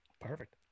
Perfect